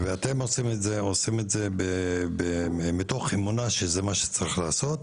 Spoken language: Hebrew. אתם עושים את זה ועושים את זה מתוך אמונה שזה מה שצריך לעשות,